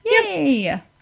Yay